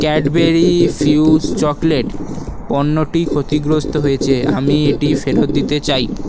Cadbury Fuse chocolate পণ্যটি ক্ষতিগ্রস্থ হয়েছে আমি এটি ফেরত দিতে চাই